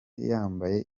yambaye